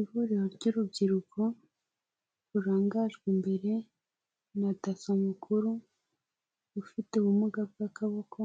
Ihuriro ry'urubyiruko rurangajwe imbere na DASSO mukuru ufite ubumuga bw' akaboko.